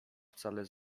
wcale